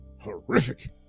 horrific